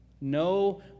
No